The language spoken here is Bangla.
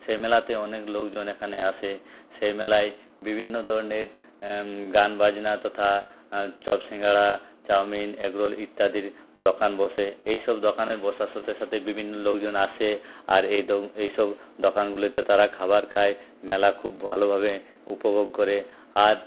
সেই মেলাতে অনেক লোকজন এখানে আসে সেই মেলায় বিভিন্ন ধরনের গান বাজনা তথা চপ শিঙ্গাড়া চাউমিন এগরোল ইত্যাদির দোকান বসে এইসব দোকানে বসার সাথে সাথে বিভিন্ন লোকজন আসে আর এইসব দোকানগুলিতে তারা খাবার খায় মেলা খুব ভালোভাবে উপভোগ করে আর